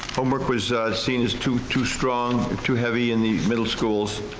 homework was seen as too too strong, too heavy in the middle schools,